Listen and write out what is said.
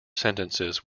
sentences